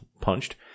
punched